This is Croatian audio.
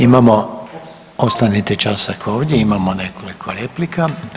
Imamo, ostanite časak ovdje, imamo nekoliko replika.